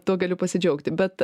tuo galiu pasidžiaugti bet